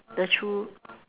the chil~